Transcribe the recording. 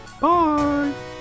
Bye